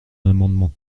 amendement